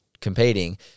competing